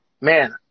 Man